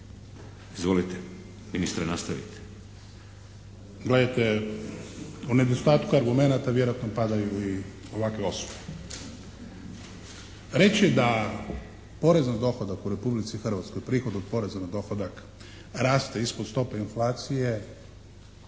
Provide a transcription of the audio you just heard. Izvolite, ministre, nastavite.